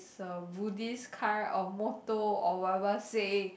so Buddhist kind of motto or whatever saying